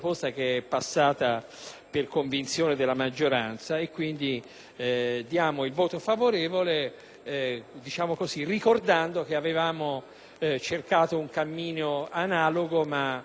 per convinzione della maggioranza. Voteremo pertanto a favore, ricordando che avevamo cercato un cammino analogo, ma a fianco